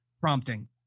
prompting